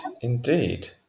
indeed